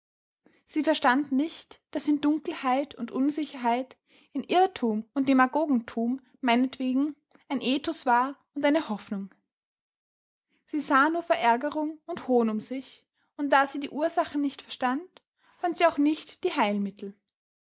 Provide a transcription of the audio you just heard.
sie verstand nicht daß in dunkelheit und unsicherheit in irrtum und demagogentum meinetwegen ein ethos war und eine hoffnung sie sah nur verärgerung und hohn um sich und da sie die ursachen nicht verstand fand sie auch nicht die heilmittel